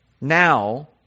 now